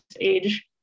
Age